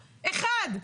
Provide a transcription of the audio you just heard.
אחד,